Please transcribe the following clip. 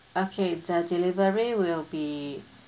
okay the delivery will be